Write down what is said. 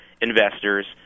investors